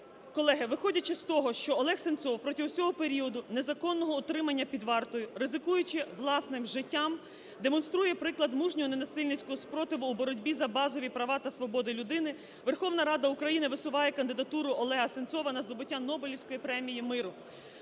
Колеги, виходячи з того, що Олег Сенцов протягом усього періоду незаконного утримання під вартою, ризикуючи власним життям, демонструє приклад мужнього ненасильницького спротиву у боротьбі за базові права та свободи людини, Верховна Рада України висуває кандидатуру Олега Сенцова на здобуття Нобелівської премії миру.